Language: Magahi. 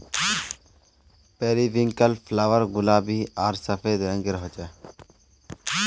पेरिविन्कल फ्लावर गुलाबी आर सफ़ेद रंगेर होचे